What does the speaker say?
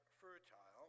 fertile